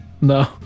no